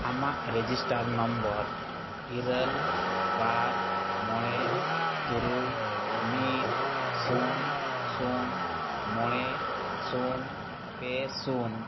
ᱟᱢᱟᱜ register number ᱤᱨᱟᱹᱞ ᱵᱟᱨ ᱢᱚᱬᱮ ᱛᱩᱨᱩᱭ ᱢᱤᱫ ᱥᱩᱱ ᱥᱩᱱ ᱢᱚᱬᱮ ᱥᱩᱱ ᱯᱮ ᱥᱩᱱ